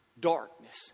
darkness